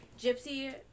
Gypsy